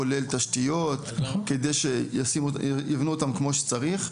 כולל תשתיות כדי שיבנו יבנו אותם כמו שצריך.